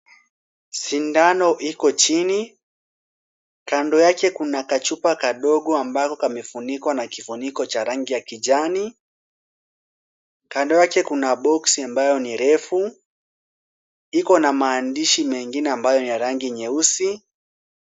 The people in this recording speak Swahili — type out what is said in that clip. Sindano iko chini. Kando yake kuna kachupa kadogo ambako kamefunikwa na kifuniko cha rangi ya kijani. Kando yake kuna box ambayo ni refu. Iko na maandishi mengine ambayo ni na rangi nyeusi.